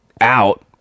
out